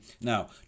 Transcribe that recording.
now